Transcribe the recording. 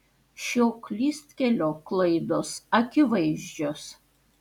šio klystkelio klaidos akivaizdžios